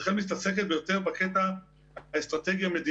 רח"ל מתעסקת יותר בקטע האסטרטגי-מדיני,